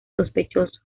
sospechoso